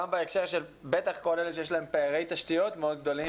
ובטח בהקשר של אלה שיש להם פערי תשתיות גדולים